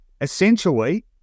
essentially